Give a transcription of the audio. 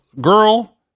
girl